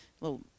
little